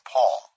Paul